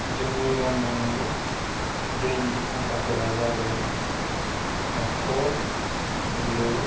जोंनि गामिनि दैनि फुंखाफोरा जादों हाखर बिलो